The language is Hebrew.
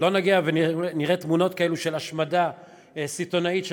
לא נגיע ונראה תמונות כאלה של השמדה סיטונאית של